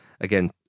again